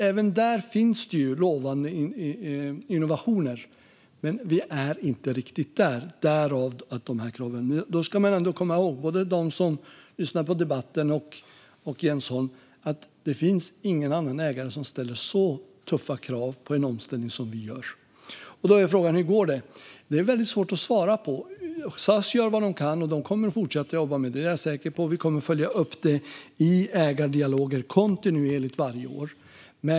Även där finns det lovande innovationer, men vi är inte riktigt där - därav dessa krav. Både de som lyssnar på debatten och Jens Holm ska komma ihåg att det inte finns någon annan ägare som ställer så tuffa krav på en omställning som vi gör. Då är frågan: Hur går det? Detta är väldigt svårt att svara på. SAS gör vad de kan, och jag är säker på att de kommer att fortsätta att jobba med det. Vi kommer att följa upp det kontinuerligt i ägardialoger varje år.